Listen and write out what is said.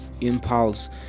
impulse